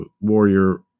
warrior